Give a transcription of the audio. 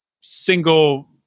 single